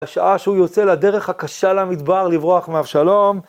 השעה שהוא יוצא לדרך הקשה למדבר לברוח מאבשלום.